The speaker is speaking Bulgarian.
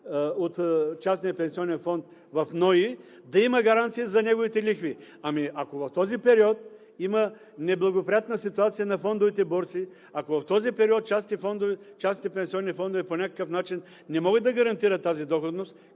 от частния пенсионен фонд в НОИ, да има гаранция за неговите лихви. Ами, ако в този период има неблагоприятна ситуация на фондовите борси, ако в този период частните пенсионни фондове по някакъв начин не могат да гарантират тази доходност